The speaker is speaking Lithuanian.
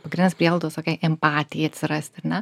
pagrindinės prielaidos tokiai empatijai atsirasti ar ne